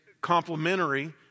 complementary